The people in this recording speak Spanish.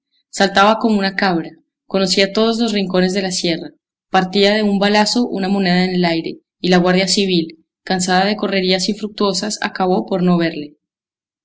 saltaba como una cabra conocía todos los rincones de la sierra partía de un balazo una moneda en el aire y la guardia civil cansada de correrías infructuosas acabó por no verle